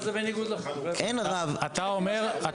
כן, אבל